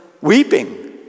weeping